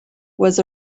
was